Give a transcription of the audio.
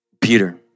Peter